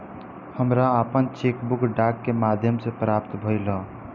हमरा आपन cheque book डाक के माध्यम से प्राप्त भइल ह